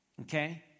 okay